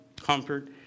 comfort